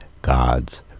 God's